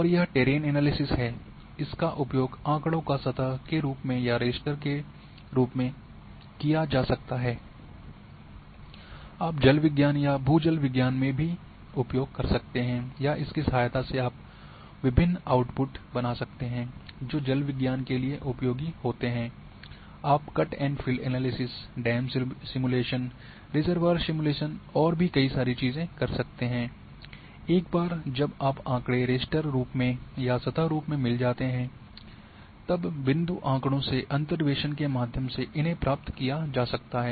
और यह terrain analysis है इसका उपयोग आँकड़ों का सतह रूप में या रास्टर में किया जा सकता है आप जल विज्ञान या भूजल जल विज्ञान में भी उपयोग कर सकते हैं या इसकी सहायता से आप विभिन्न आउटपुट बना सकते हैं जो जल विज्ञान के लिए उपयोगी होते हैं आप cut and fill analysis dam simulation reservoir simulation और भी कई सारी चीजें कर सकते हैं एक बार जब आँकड़े रास्टर रूप में या सतह रूप में मिल जाते हैं तब बिंदु आँकड़ों से अंतर्वेसन के माध्यम से इन्हे प्राप्त किया जा सकता है